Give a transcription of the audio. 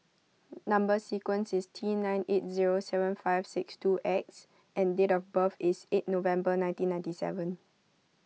Number Sequence is T nine eight zero seven five six two X and date of birth is eight November nineteen ninety seven